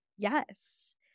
Yes